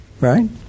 right